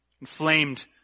inflamed